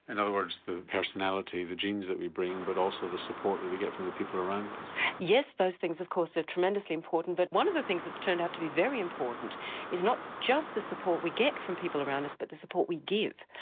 in other words the personality, the genes that we bring but also the support that we get from the people around us. yes, those things of course are ah tremendously important, but one of the things that's turned out to be very important is not just the support we get from people around us but the support we give.